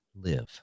live